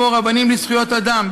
כמו "רבנים לזכויות אדם",